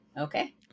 Okay